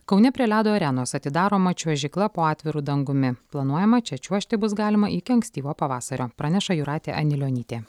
kaune prie ledo arenos atidaroma čiuožykla po atviru dangumi planuojama čia čiuožti bus galima iki ankstyvo pavasario praneša jūratė anilionytė